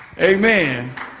Amen